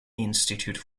institute